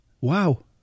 Wow